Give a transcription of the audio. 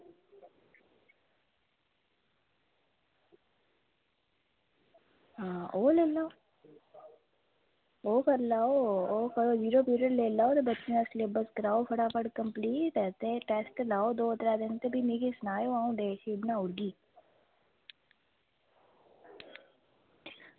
आं ओह् लेई लैओ ओह् करी लैओ ओह् पीरियड लेई लैओ ते अपना सिलेब्स कराई लैओ जल्दी कम्पलीट ते भी टेस्ट लैयो ते अं'ऊ डेटशीट बनाई लैगी